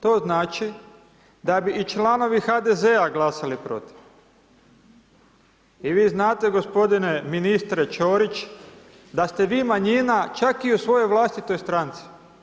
To znači da bi i članovi HDZ-a glasali protiv i vi znate g. ministre Ćorić da ste vi manjina čak i u svojoj vlastitoj stranci.